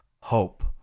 hope